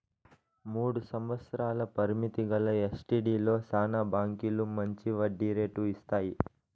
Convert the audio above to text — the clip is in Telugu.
మూడు సంవత్సరాల పరిమితి గల ఎస్టీడీలో శానా బాంకీలు మంచి వడ్డీ రేటు ఇస్తాయి